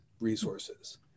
resources